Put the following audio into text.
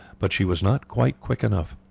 but she was not quite quick enough.